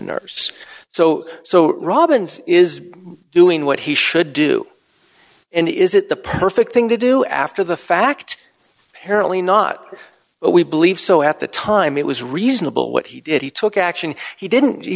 nurse so so robbins is doing what he should do and is it the perfect thing to do after the fact parenting not what we believe so at the time it was reasonable what he did he took action he didn't he